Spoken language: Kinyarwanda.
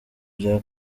bya